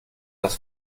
das